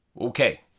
okay